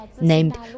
named